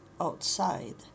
outside